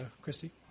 Christy